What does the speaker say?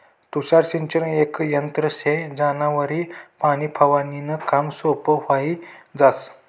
तुषार सिंचन येक यंत्र शे ज्यानावरी पाणी फवारनीनं काम सोपं व्हयी जास